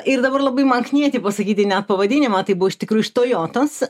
ir dabar labai man knieti pasakyti net pavadinimą tai buvo iš tikrųjų iš tojotos